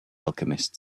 alchemist